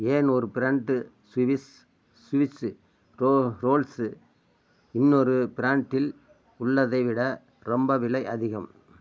ஏன் ஒரு brand Swiss Swiss ரோ ரோல்ஸு இன்னொரு ப்ராண்டில் உள்ளதை விட ரொம்ப விலை அதிகம்